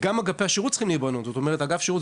גם אגפי השירות צריכים להיבנות כמו שאמרנו,